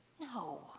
No